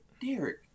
Derek